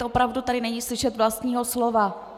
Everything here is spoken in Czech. Opravdu tady není slyšet vlastního slova.